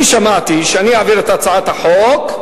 אני שמעתי שאני אעביר את הצעת החוק,